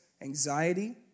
anxiety